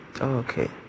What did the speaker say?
Okay